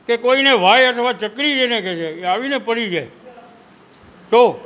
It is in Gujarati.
કે કોઈ ને વાય અથવા ચકરી એને કે છે એ આવીને પડી જાય તો